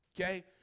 Okay